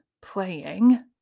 playing